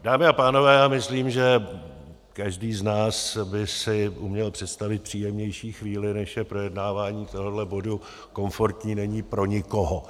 Dámy a pánové, já myslím, že každý z nás by si uměl představit příjemnější chvíli, než je projednávání tohoto bodu, komfortní není pro nikoho.